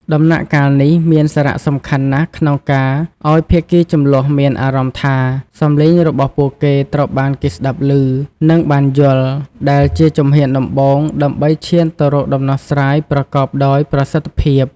ដំណាក់កាលនេះមានសារៈសំខាន់ណាស់ក្នុងការឲ្យភាគីជម្លោះមានអារម្មណ៍ថា សំឡេងរបស់ពួកគេត្រូវបានគេស្តាប់ឮ និងបានយល់ ដែលជាជំហានដំបូងដើម្បីឈានទៅរកដំណោះស្រាយប្រកបដោយប្រសិទ្ធភាព។